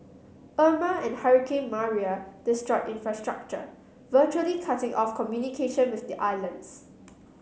Irma and hurricane Maria destroy infrastructure virtually cutting off communication with the islands